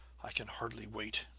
i can hardly wait!